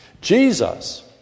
Jesus